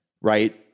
right